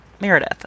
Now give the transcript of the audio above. meredith